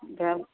ধৰক